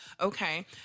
Okay